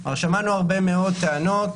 כבר שמענו הרבה מאוד טענות